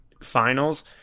finals